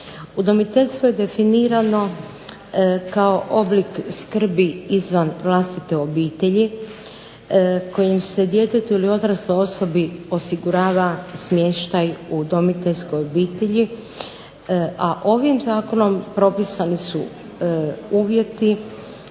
Udomiteljstvo je definirano kao oblik skrbi izvan vlastite obitelji kojim se djetetu ili odrasloj osobi osigurava smještaj udomiteljskoj obitelji, a ovim Zakonom propisani su uvjeti,